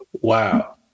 wow